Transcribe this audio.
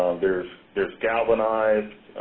there's there's galvanized.